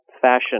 fashion